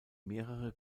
mehrere